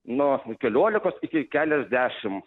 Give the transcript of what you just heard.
nu keliolikos iki keliasdešim